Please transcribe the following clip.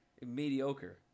mediocre